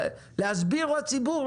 להסביר לציבור,